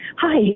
hi